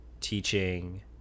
teaching